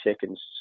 seconds